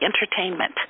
entertainment